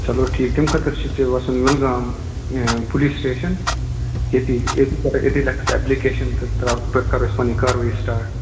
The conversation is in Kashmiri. چلو ٹھیٖک تَمہِ خٲطرٕ چھُے ژےٚ وَسُن وِلگام پُلیٖس سٹیشَن ییٚتی ییٚتہِ پٮ۪ٹھٕ لیٚکھَکھ ژٕ ایٚپلِکیشَن تہٕ تراوَکھ تہٕ کَرو أسۍ پَنٕنۍ کاروٲیی سِٹارٹ